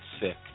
sick